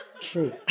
True